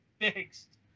fixed